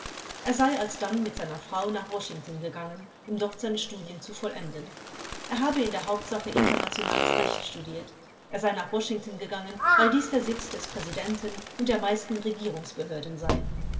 er sei alsdann mit seiner frau nach washington gegangen um dort seine studien zu vollenden er habe in der hauptsache internationales recht studiert er sei nach washington gegangen weil dies der sitz des präsidenten und der meisten regierungsbehörden sei